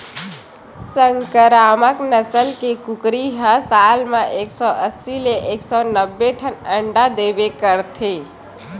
संकरामक नसल के कुकरी ह साल म एक सौ अस्सी ले एक सौ नब्बे ठन अंडा देबे करथे